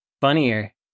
funnier